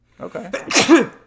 Okay